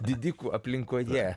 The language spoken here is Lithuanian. didikų aplinkoje